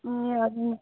ए हजुर